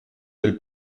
del